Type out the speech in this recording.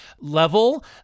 level